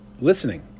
listening